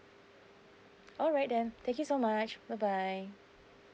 alright then thank you so much bye bye